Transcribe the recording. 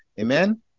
amen